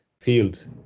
field